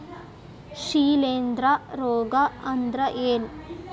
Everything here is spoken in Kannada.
ಶಿಲೇಂಧ್ರ ರೋಗಾ ಅಂದ್ರ ಏನ್?